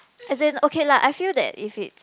as in okay lah I feel that if it's